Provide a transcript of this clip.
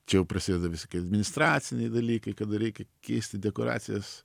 čia jau prasideda visokie administraciniai dalykai kada reikia keisti dekoracijas